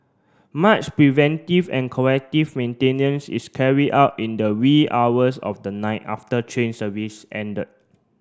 much preventive and corrective maintenance is carried out in the wee hours of the night after train service ended